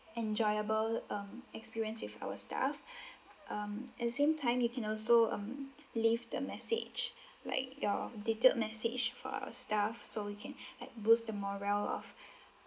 enjoyable um experience with our staff um at same time you can also um leave the message like your detailed message for our staff so we can like boost the morale of